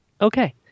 Okay